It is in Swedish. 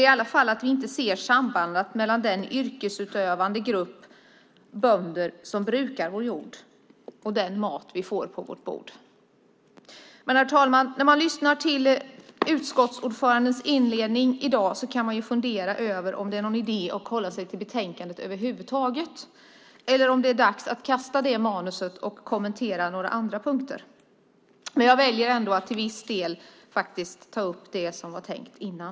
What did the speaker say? I alla fall ser vi inte sambandet mellan den yrkesutövande grupp av bönder som brukar vår jord och den mat vi får på våra bord. När man lyssnar på utskottsordförandens inledning i dag kan man fundera över om det är någon idé att över huvud taget hålla sig till betänkandet eller om det är dags att kasta det förberedda manuset och kommentera några andra punkter. Jag väljer dock att till viss del ta upp det som jag ändå tänkt säga.